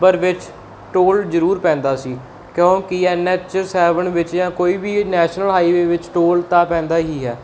ਪਰ ਵਿੱਚ ਟੋਲ ਜ਼ਰੂਰ ਪੈਂਦਾ ਸੀ ਕਿਉਂਕਿ ਐਨ ਐਚ ਸੈਵਨ ਵਿੱਚ ਜਾਂ ਕੋਈ ਵੀ ਨੈਸ਼ਨਲ ਹਾਈਵੇ ਵਿੱਚ ਟੋਲ ਤਾਂ ਪੈਂਦਾ ਹੀ ਹੈ